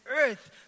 earth